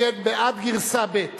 כהצעת הוועדה בגרסה ב',